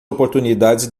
oportunidades